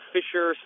Fisher